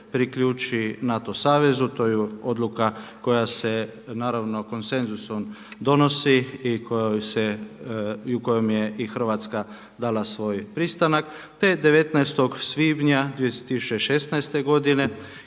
priključi NATO savezu. To je odluka koja se naravno konsenzusom donosi i kojom je i Hrvatska dala svoj pristanak, te 19. svibnja 2016. godine